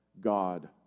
God